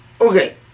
Okay